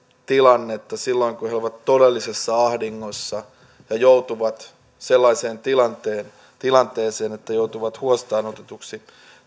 tilannetta silloin kun he ovat todellisessa ahdingossa ja joutuvat sellaiseen tilanteeseen tilanteeseen että joutuvat huostaan otetuiksi